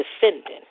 defending